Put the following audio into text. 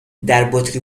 دربطری